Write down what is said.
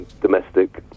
domestic